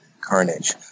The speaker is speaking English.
Carnage